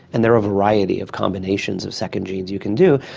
and there are a variety of combinations of second genes you can do,